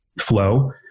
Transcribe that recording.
flow